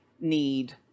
need